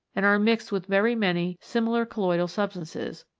and are mixed with very many similar colloidal substances,